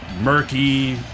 murky